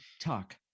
Talk